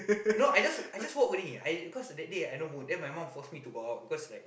no I just I just walk only cause that day I not good then my mum force me to walk cause